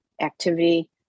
activity